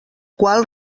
qual